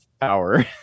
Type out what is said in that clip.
power